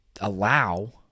allow